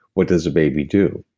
what does the baby do?